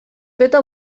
feta